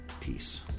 Peace